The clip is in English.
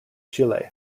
chile